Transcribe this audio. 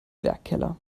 werkkeller